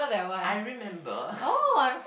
I remember